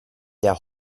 der